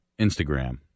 Instagram